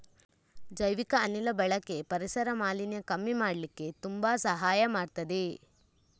ಜೈವಿಕ ಅನಿಲ ಬಳಕೆ ಪರಿಸರ ಮಾಲಿನ್ಯ ಕಮ್ಮಿ ಮಾಡ್ಲಿಕ್ಕೆ ತುಂಬಾ ಸಹಾಯ ಮಾಡ್ತದೆ